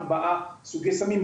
ארבעה סוגי סמים,